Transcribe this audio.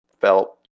felt